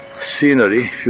scenery